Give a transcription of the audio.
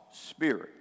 Spirit